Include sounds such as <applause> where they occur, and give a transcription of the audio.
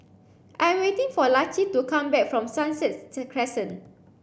I am waiting for Laci to come back from Sunset <unintelligible> Crescent